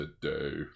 today